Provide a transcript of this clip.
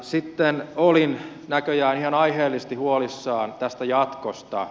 sitten olin näköjään ihan aiheellisesti huolissani jatkosta